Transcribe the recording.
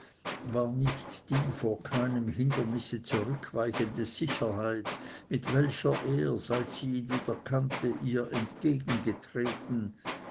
war nicht die vor keinem hindernisse zurückweichende sicherheit mit welcher er seit sie ihn wieder kannte ihr entgegengetreten